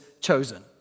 chosen